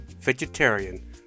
vegetarian